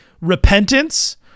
repentance